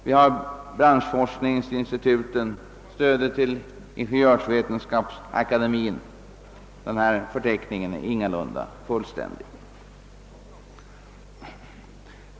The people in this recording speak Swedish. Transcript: Vi har vidare branschforskningsinstituten samt Ingeniörsvetenskapsakademien. Denna förteckning är ingalunda fullständig.